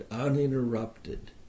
uninterrupted